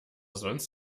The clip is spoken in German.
sonst